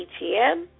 ATM